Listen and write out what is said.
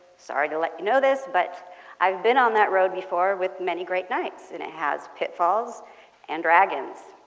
sorry to let you know this but i've been on that road before with many great knights and it has pitfalls and dragons.